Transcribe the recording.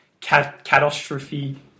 catastrophe